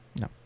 no